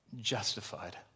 justified